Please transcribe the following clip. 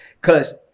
cause